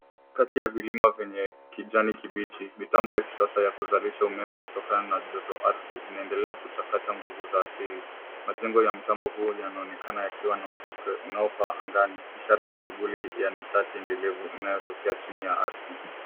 Kati ya vilima vyenye kijani kibichi, mitambo ya kisasa ya kuzalisha umeme kutokana na joto ardhi inaendelea kuchakata nguvu za asili. Majengo ya mtambo huu yanaonekana yakiwa na mvuke unaopaa angani ishara ya shughuli ya nishati endelevu inayotokea chini ya ardhi.